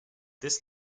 this